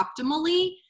optimally